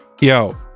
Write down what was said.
yo